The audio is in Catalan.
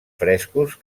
frescos